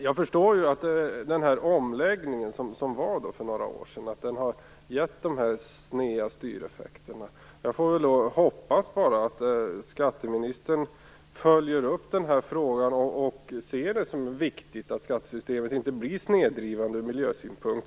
Jag förstår att omläggningen för några år sedan har gett de här sneda styreffekterna. Jag får väl hoppas att skatteministern följer upp den här frågan och ser det som viktigt att skattesystemet inte blir snedvridande ur miljösynpunkt.